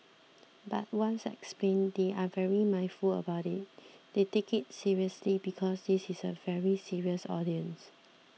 but once explained they are very mindful about it they take it seriously because this is a very serious audience